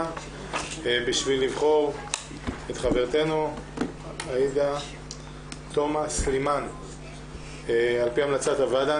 בשביל לבחור את חברתנו עאידה תומא סלימאן על פי המלצת הוועדה.